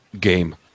Game